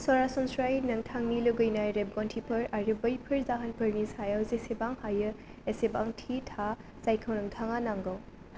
सरासनस्रायै नोंथांनि लुगैनाय रेबगन्थिफोर आरो बैफोर जाहोनफोरनि सायाव जेसेबां हायो एसेबां थि था जायखौ नोंथाङा नांगौ